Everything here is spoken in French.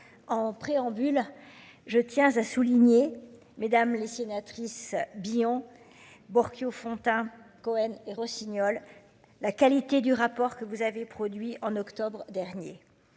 En préambule, je tiens à souligner mesdames les sénatrices Bion. Borchio-Fontimp Cohen et Rossignol. La qualité du rapport que vous avez produit en octobre dernier.